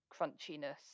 crunchiness